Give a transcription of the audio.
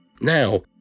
Now